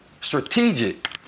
strategic